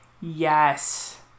Yes